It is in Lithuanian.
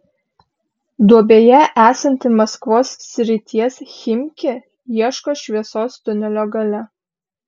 duobėje esanti maskvos srities chimki ieško šviesos tunelio gale